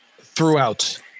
throughout